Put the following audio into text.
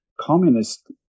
communist